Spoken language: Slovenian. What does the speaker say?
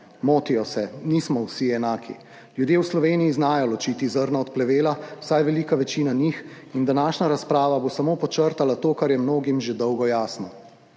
Motijo se, nismo vsi enaki! Ljudje v Sloveniji znajo ločiti zrno od plevela, vsaj velika večina njih, in današnja razprava bo samo podčrtala to, kar je mnogim že dolgo jasno.